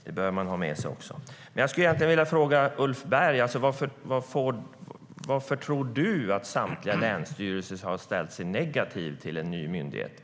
Det behöver man också ha med sig. Jag vill egentligen fråga Ulf Berg: Varför tror du att samtliga länsstyrelser har ställt sig negativa till en ny myndighet?